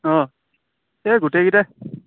অঁ এই গোটেইকেইটাই